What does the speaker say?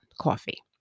coffee